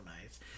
nice